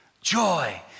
joy